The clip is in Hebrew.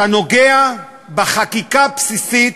אתה נוגע בחקיקה בסיסית,